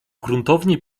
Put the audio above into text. gruntownie